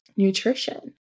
nutrition